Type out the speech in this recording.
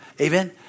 Amen